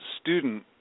student